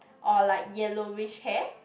or like yellowish hair